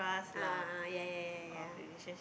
a'ah a'ah yea yea yea yea